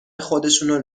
خودشونو